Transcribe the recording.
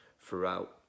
throughout